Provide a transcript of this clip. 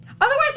Otherwise